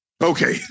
Okay